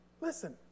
Listen